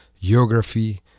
geography